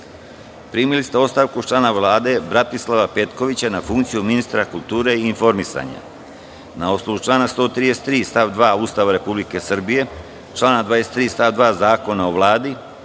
Vlade. Primili ste ostavku člana Vlade Bratislava Petkovića na funkciju ministra kulture i informisanja. Na osnovu člana 133. stav 2. Ustava Republike Srbije, člana 23. stav 2. Zakona o Vladi